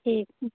ठीक